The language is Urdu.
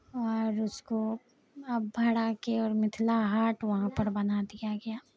اور اس کو اب بڑھا کے اور متھلا ہاٹ وہاں پر بنا دیا گیا